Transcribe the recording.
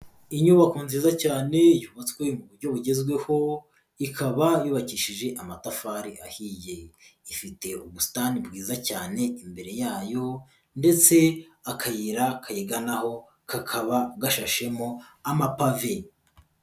Inyubako nziza cyane yubatswe mu buryo bugezweho ikaba yubakishije amatafari ahiye, ifite ubusitani bwiza cyane imbere yayo ndetse akayira kayiganaho kakaba gashashemo amapave.